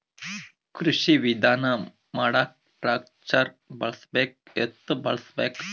ಕೃಷಿ ವಿಧಾನ ಮಾಡಾಕ ಟ್ಟ್ರ್ಯಾಕ್ಟರ್ ಬಳಸಬೇಕ, ಎತ್ತು ಬಳಸಬೇಕ?